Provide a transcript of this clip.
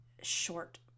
short